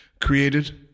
created